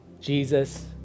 jesus